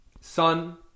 Sun